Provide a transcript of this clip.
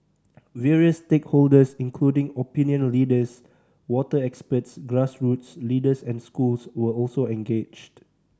various stakeholders including opinion leaders water experts grassroots leaders and schools were also engaged